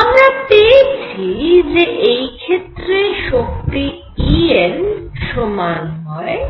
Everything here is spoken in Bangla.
আমরা পেয়েছি যে এই ক্ষেত্রে শক্তি En সমান হয়